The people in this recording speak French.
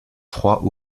froid